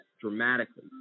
dramatically